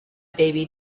baby